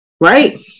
right